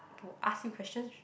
to ask you questions